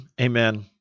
amen